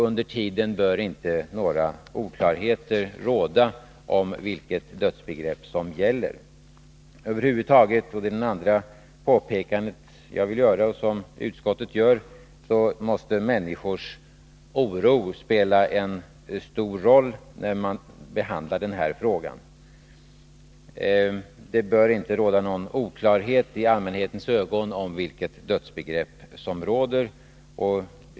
Under tiden bör inte några oklarheter råda om vilket dödsbegrepp som gäller. Över huvud taget — det är det andra påpekandet som utskottet gör — måste människors oro spela en stor roll när man behandlar den här frågan. Det bör inte i allmänhetens ögon råda någon oklarhet om vilket dödsbegrepp som råder.